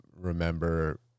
remember